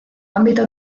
ámbito